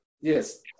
yes